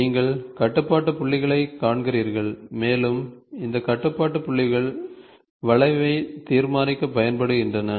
நீங்கள் கட்டுப்பாட்டு புள்ளிகளைக் காண்கிறீர்கள் மேலும் இந்த கட்டுப்பாட்டு புள்ளிகள் வளைவைத் தீர்மானிக்கப் பயன்படுகின்றன